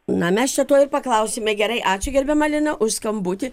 na mes čia tuoj ir paklausime gerai ačiū gerbiama lina už skambutį